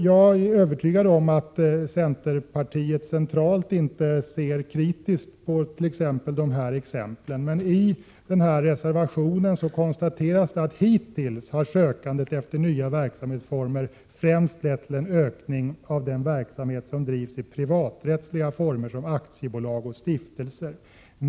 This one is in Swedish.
Jag är övertygad om att centerpartiet centralt inte ser kritiskt på dessa exempel, men i reservationen konstateras att sökandet efter nya verksamhetsformer hittills främst har lett till en ökning av den verksamhet som bedrivs i privaträttslig form såsom aktiebolag och stiftelser.